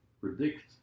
predict